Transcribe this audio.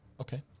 Okay